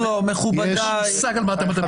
אין לך מושג על מה אתה מדבר.